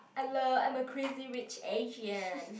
hello I'm a Crazy-Rich-Asian